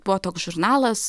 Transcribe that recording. buvo toks žurnalas